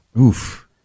Oof